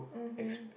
mmhmm